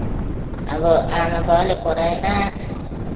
अब आमा बाउले पढाएन